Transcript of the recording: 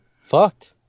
Fucked